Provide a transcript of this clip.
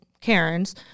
Karens